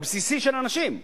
הבסיס של האנשים.